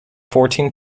fourteen